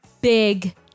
big